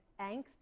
angst